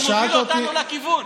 שהוא מוביל אותנו לכיוון.